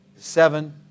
Seven